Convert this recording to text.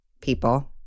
People